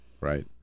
Right